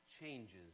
changes